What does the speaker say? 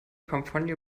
kampagne